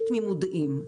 יש תמימות דעים,